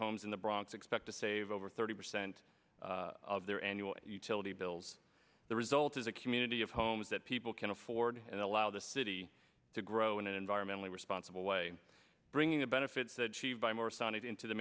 homes in the bronx expect to save over thirty percent of their annual utility bills the result is a community of homes that people can afford and allow the city to grow in an environmentally responsible way bringing the benefits that she'd buy more sun it into the